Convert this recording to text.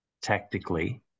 tactically